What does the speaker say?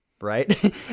Right